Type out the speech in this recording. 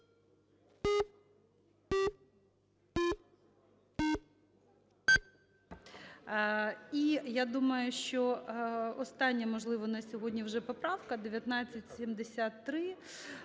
І, я думаю, що остання, можливо, на сьогодні вже поправка – 1973.